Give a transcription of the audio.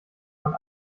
man